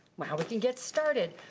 we can get started.